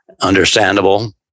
understandable